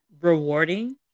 rewarding